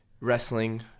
wrestling